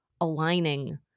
aligning